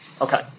Okay